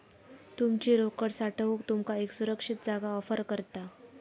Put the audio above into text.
तुमची रोकड साठवूक तुमका एक सुरक्षित जागा ऑफर करता